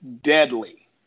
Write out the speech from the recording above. deadly